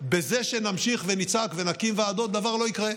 בזה שנמשיך ונצעק ונקים ועדות, דבר לא יקרה.